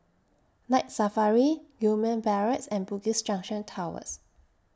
Night Safari Gillman Barracks and Bugis Junction Towers